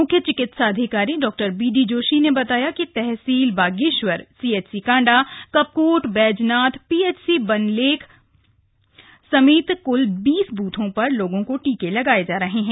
मुख्य चिकित्साधिकारी डॉ बीडी जोशी ने बताया कि तहसील बागेश्वर सीएचसी कांडा कपकोट बैजनाथ पीएचसी बनलेख समेत कुल बीस बूथो पर लोगों को टीके लगाए जा रहे है